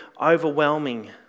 overwhelming